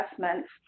assessments